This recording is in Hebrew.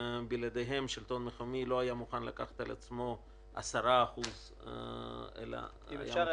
ובלעדיהם השלטון המקומי לא היה מוכן לקחת על עצמו 10%. אם אפשר,